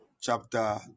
chapter